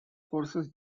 forces